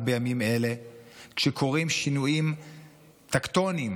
בימים אלה כשקורים שינויים טקטוניים